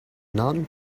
non